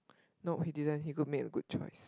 nope he didn't he go make a good choice